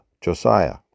Josiah